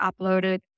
uploaded